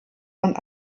und